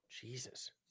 Jesus